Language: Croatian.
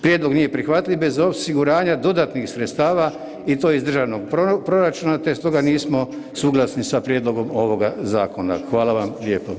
Prijedlog nije prihvatljiv bez osiguranja dodatnih sredstava i to iz državnog proračuna te stoga nismo suglasni sa prijedlogom ovoga zakona Hvala vam lijepo.